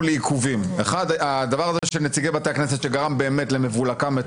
לעיכובים: הדבר של נציגי בתי הכנסת שגרם לבוקה ומבולקה,